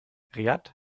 riad